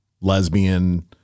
lesbian